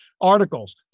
articles